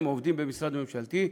הם עובדים במשרד ממשלתי,